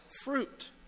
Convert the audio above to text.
fruit